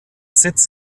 sitz